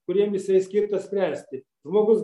kuriem jisai skirtas spręsti žmogus